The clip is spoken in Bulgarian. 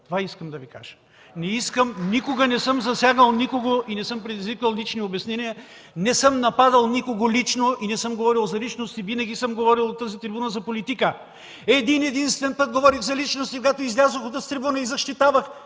Това искам да Ви кажа! Не искам, никога не съм засягал никого и не съм предизвиквал лични обяснения, не съм нападал никога лично и не съм говорил за личности. От тази трибуна винаги съм говорил за политика. Един-единствен път говорих за личности, когато излязох от тази трибуна и защитавах